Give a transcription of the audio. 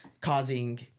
causing